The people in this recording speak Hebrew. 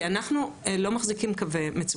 כי אנחנו לא מחזיקים קווי מצוקה,